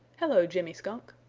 hello, jimmy skunk!